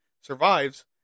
survives